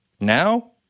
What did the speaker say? Now